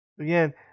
Again